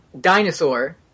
dinosaur